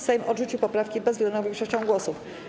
Sejm odrzucił poprawki bezwzględną większością głosów.